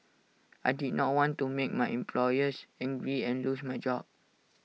I did not want to make my employers angry and lose my job